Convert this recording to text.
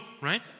right